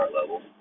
level